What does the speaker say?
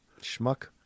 Schmuck